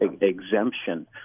exemption